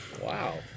Wow